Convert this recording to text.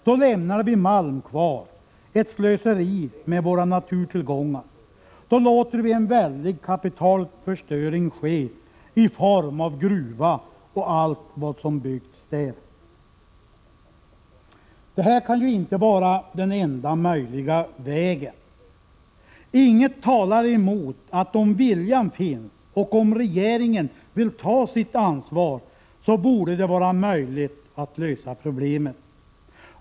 Då lämnar vi malm kvar, ett slöseri med våra naturtillgångar. Då låter vi en väldig kapitalförstöring ske beträffande gruvan och allt vad som byggts där. Detta kan inte vara den enda möjliga vägen. Inget talar emot att det, om viljan finns och om regeringen vill ta sitt ansvar, borde vara möjligt att lösa problemet.